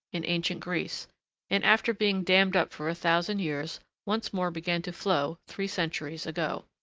in ancient greece and, after being dammed up for a thousand years, once more began to flow three centuries ago.